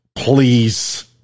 please